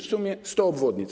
W sumie 100 obwodnic.